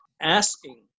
asking